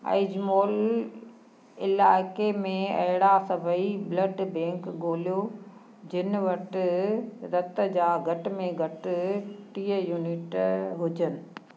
अइजमोल इलाइक़े में अहिड़ा सभई ब्लड बैंक ॻोल्हियो जिन वटि रत जा घट में घटि टीह यूनिट हुजनि